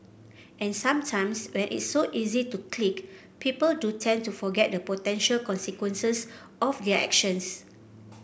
and sometimes when it's so easy to click people do tend to forget the potential consequences of their actions